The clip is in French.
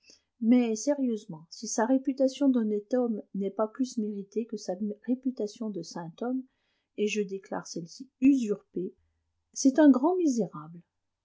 mais sérieusement si sa réputation d'honnête homme n'est pas plus méritée que sa réputation de saint homme et je déclare celle-ci usurpée c'est un grand misérable